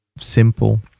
simple